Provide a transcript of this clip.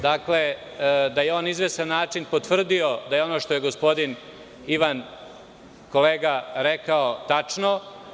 Dakle, da je on na izvestan potvrdio da je ono što je gospodin Ivan Jovanović rekao tačno.